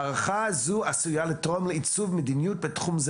ההערכה הזו עשויה לתרום לעיצוב מדיניות בתחום זה